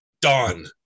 done